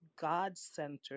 God-centered